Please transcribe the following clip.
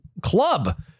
club